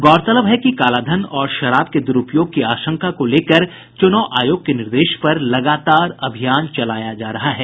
गौरतलब है कि कालाधन और शराब के दुरूपयोग की आशंका को लेकर चुनाव आयोग के निर्देश पर लगातार अभियान चलाया जा रहा है